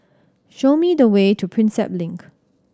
show me the way to Prinsep Link